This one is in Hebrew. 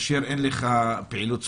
כאשר אין לך פעילות ספורטיבית,